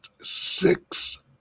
six